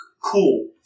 cool